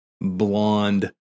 blonde